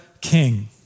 King